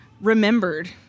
remembered